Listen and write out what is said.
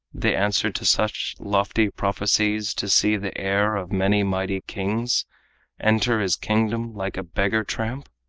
the answer to such lofty prophecies, to see the heir of many mighty king's enter his kingdom like a beggar-tramp?